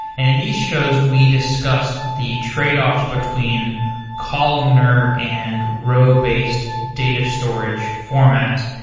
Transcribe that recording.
and in these shows we discussed the tradeoffs between columnar and row-based data storage format.